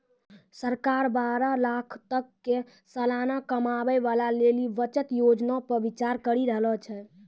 सरकार बारह लाखो तक के सलाना कमाबै बाला लेली बचत योजना पे विचार करि रहलो छै